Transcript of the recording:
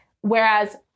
Whereas